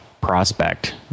prospect